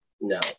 no